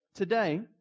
Today